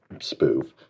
spoof